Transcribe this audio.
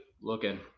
looking